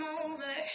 over